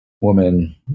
woman